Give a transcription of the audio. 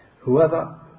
Whoever